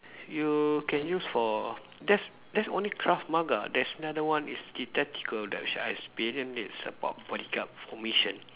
you can use for that's that's only Krav-Maga there's another one is tactical that I sh~ experience this about bodyguard formation